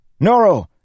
Noro